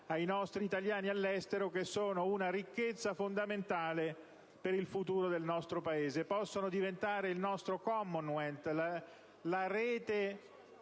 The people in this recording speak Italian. ai nostri italiani all'estero. Essi, infatti, sono una ricchezza fondamentale per il futuro del nostro Paese e possono diventare il nostro *Commonwealth*, la rete